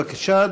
בבקשה,